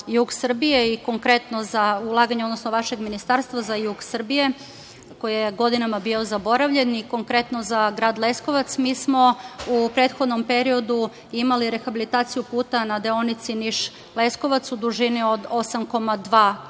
jug Srbije i konkretno ulaganje vašeg ministarstva za jug Srbije, koji je godinama bio zaboravljen i konkretno za grad Leskovac, mi smo u prethodnom periodu imali rehabilitaciju puta na deonici Niš-Leskovac u dužini od 8,2